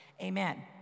amen